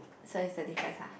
so is the difference ah